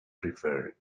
prefer